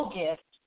gift